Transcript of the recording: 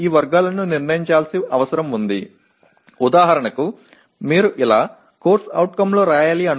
அறிவுறுத்தல் மற்றும் மதிப்பீட்டின் முன்மொழியப்பட்ட வடிவமைப்பின் அடிப்படையில் பயிற்றுவிப்பாளர் இந்த வகைகளை தீர்மானிக்க வேண்டும்